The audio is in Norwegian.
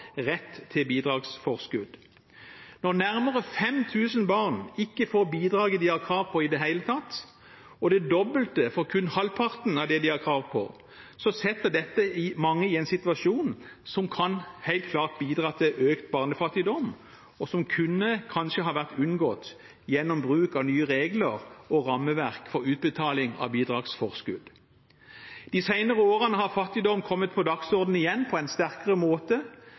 rett til bidragsforskudd. Når nærmere 5 000 barn ikke får bidraget de har krav på i det hele tatt, og det dobbelte kun får halvparten av det de har krav på, setter dette mange i en situasjon som helt klart kan bidra til økt barnefattigdom, og som kanskje kunne ha vært unngått gjennom bruk av nye regler og rammeverk for utbetaling av bidragsforskudd. De senere årene har fattigdom kommet på dagsordenen igjen på en sterkere måte.